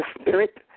spirit